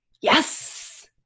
yes